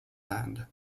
land